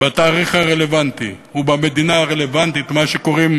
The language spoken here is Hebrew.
בתאריך הרלוונטי ובמדינה הרלוונטית, מה שקוראים